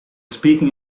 speaking